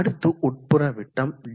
அடுத்து உட்புற விட்டம் d